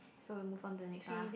so we move on to the next one ah